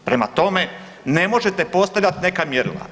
Prema tome, ne možete postavljati neka mjerila.